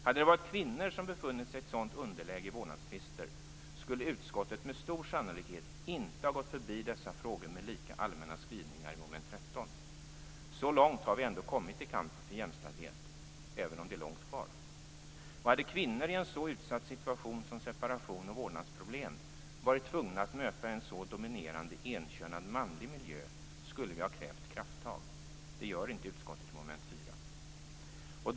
Hade det varit kvinnor som befunnit sig i ett sådant underläge i vårdnadstvister skulle utskottet med stor sannolikhet inte ha gått förbi dessa frågor med lika allmänna skrivningar i mom. 13. Så långt har vi ändå kommit i kampen för jämställdhet, även om det är långt kvar. Och hade kvinnor i en så utsatt situation som separation och vårdnadsproblem varit tvungna att möta en så dominerande enkönad manlig miljö skulle vi ha krävt krafttag. Det gör inte utskottet i mom. 4.